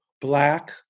black